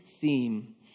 theme